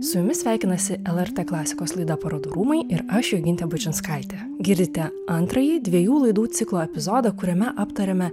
su jumis sveikinasi lrt klasikos laida parodų rūmai ir aš jogintė bučinskaitė girdite antrąjį dviejų laidų ciklo epizodą kuriame aptariame